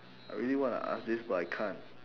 I really wanna ask this but I can't